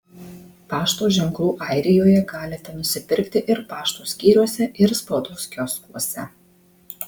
pašto ženklų airijoje galite nusipirkti ir pašto skyriuose ir spaudos kioskuose